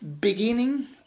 Beginning